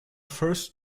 first